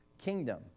kingdom